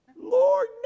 Lord